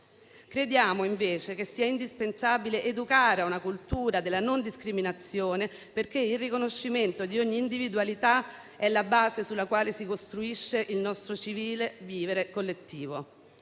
Crediamo, invece, che sia indispensabile educare a una cultura della non discriminazione, perché il riconoscimento di ogni individualità è la base sulla quale si costruisce il nostro civile vivere collettivo.